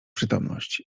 przytomność